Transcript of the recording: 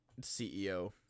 CEO